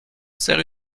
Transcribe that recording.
sert